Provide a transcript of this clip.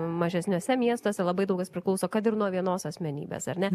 mažesniuose miestuose labai daug kas priklauso kad ir nuo vienos asmenybės ar ne